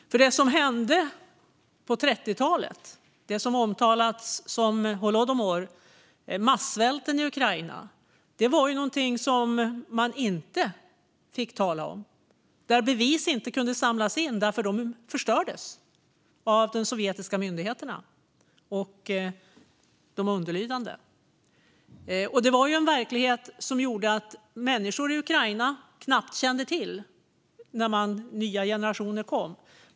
Det som hände på 30-talet har omtalats som holodomor, massvälten i Ukraina. Det var någonting som man inte fick tala om. Bevis kunde inte samlas in därför att de förstördes av de sovjetiska myndigheterna och de underlydande. Det var en verklighet som gjorde att människor i Ukraina knappt kände till detta när nya generationer kom.